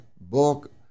book